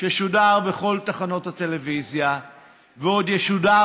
ששודר בכל תחנות הטלוויזיה ועוד ישודר